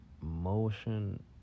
motion